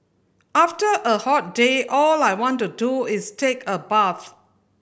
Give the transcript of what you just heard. after a hot day all I want to do is take a bath